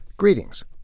Greetings